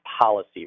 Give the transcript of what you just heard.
policy